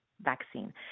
vaccine